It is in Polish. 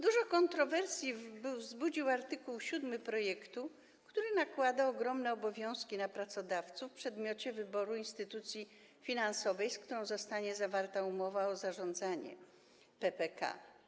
Dużo kontrowersji wzbudził art. 7 projektu, który nakłada ogromne obowiązki na pracodawców w przedmiocie wyboru instytucji finansowej, z którą zostanie zawarta umowa o zarządzanie PPK.